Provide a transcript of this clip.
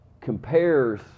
compares